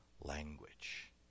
language